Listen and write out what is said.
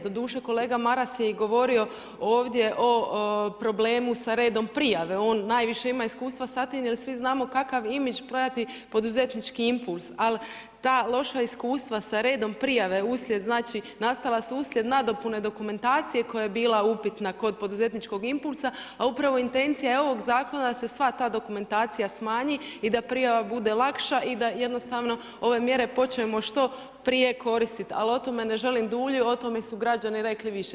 Doduše, kolega Maras je i govorio ovdje o problemu sa redom prijave, on najviše ima iskustva sa tim, jer svi znamo kakav imidž prati poduzetnički impuls, ali ta loša iskustva sa redom prijave uslijed, nastala su uslijed nadopune dokumentacije koja je bila upitna kod poduzetničkog impulsa, a upravo intencija je ovog zakona da se sva ta dokumentacija smanji i da prijava bude lakša i da jednostavno ove mjere počnemo što prije koristi, ali o tome ne želim duljiti, o tome su građani rekli više.